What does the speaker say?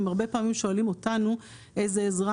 הם הרבה פעמים שואלים אותנו איזה עזרה